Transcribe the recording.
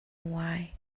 why